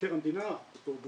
מבקר המדינה, בתור דוגמה,